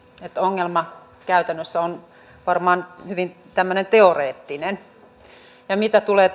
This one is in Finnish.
että ongelma käytännössä on varmaan hyvin teoreettinen mitä tulee